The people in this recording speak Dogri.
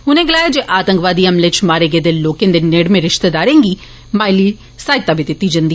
उनें गलाया जे आतंकवादी हमलें इच मारे गेदे लोकें दे नेड़में रिश्तेदारें गी माली सहायता बी दित्ती गेई